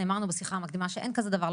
נאמר לנו בשיחה המקדימה שאין כזה דבר,